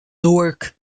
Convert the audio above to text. newark